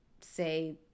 say